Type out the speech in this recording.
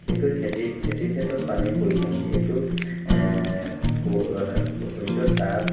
বিশেষকৈ খেতি খেতিৰ ক্ষেত্ৰত পানীৰ প্ৰয়োজন যিহেতু পো সূৰ্যৰ তাপ